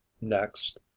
Next